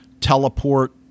teleport